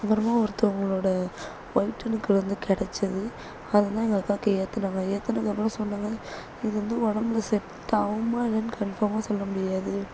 அப்புறமா ஒருத்தங்களோடய வொயிட் அணுக்கள் வந்து கிடச்சிது அது வந்து எங்கள் அக்காவுக்கு ஏற்றினாங்க ஏற்றினத்துக்கு அப்புறம் சொன்னாங்க இது வந்து உடம்புல செட் ஆகுமா இல்லையானு கன்ஃபார்மாக சொல்ல முடியாது